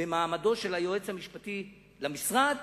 במעמדו של היועץ המשפטי למשרד